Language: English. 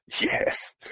Yes